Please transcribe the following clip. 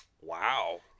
Wow